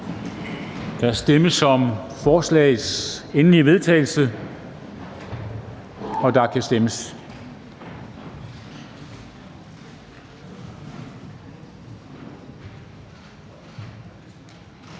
Der stemmes om lovforslagets endelige vedtagelse, og der må stemmes.